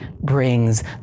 brings